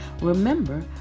Remember